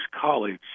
college